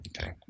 okay